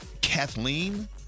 Kathleen